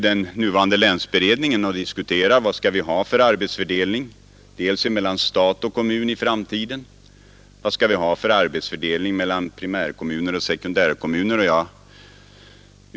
Den nuvarande länsberedningen diskuterar nu vad vi skall ha för arbetsfördelning i framtiden dels mellan stat och kommun, dels mellan primärkommuner och sekundärkommuner.